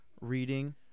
reading